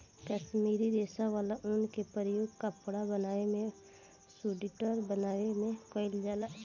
काश्मीरी रेशा वाला ऊन के प्रयोग कपड़ा बनावे में सुइटर बनावे में कईल जाला